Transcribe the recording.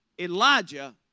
Elijah